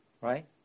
Right